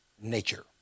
nature